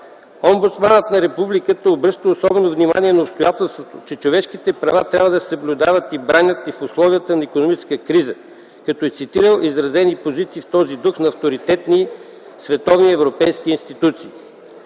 Омбудсманът на Републиката обръща особено внимание на обстоятелството, че човешките права трябва да се съблюдават и бранят и в условията на икономическа криза, като е цитирал изразени позиции в този дух на авторитетни световни и европейски институции.